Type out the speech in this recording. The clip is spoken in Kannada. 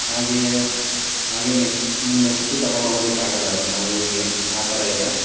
ಹಾಗೇ ಹಾಗೆ ನೆಕ್ಸ್ಟು ತೊಗೊಂಡು ಹೋಗೋದಿಕ್ ಆಗೊಲ್ಲ ಅದನ್ನ ಊರಿಗೆ ಆ ಥರ ಇದೆ